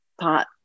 pot